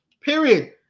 Period